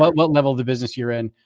but what level of the business you're in.